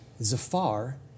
Zafar